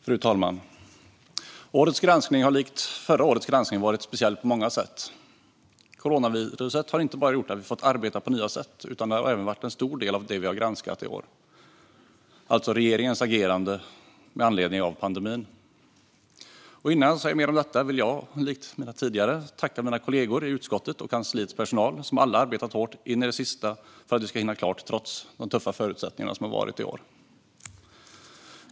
Fru talman! Årets granskning har likt förra årets granskning varit speciell på många sätt. Coronaviruset har inte bara gjort att vi har fått arbeta på nya sätt, utan det har även varit en stor del av det vi har granskat i år, alltså regeringens agerande med anledning av pandemin. Innan jag säger mer om detta vill jag, likt tidigare talare, tacka mina kollegor i utskottet och kansliets personal som alla har arbetat hårt in i det sista för att vi skulle hinna klart trots de tuffa förutsättningarna i år.